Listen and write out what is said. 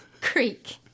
Creek